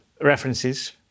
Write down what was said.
references